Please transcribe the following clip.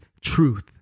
truth